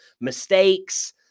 mistakes